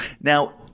Now